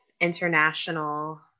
international